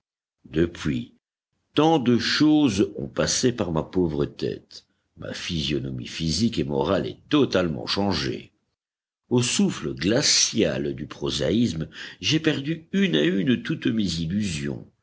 depuis tant de choses ont passé par ma pauvre tête ma physionomie physique et morale est totalement changée au souffle glacial du prosaïsme j'ai perdu une à une toutes mes illusions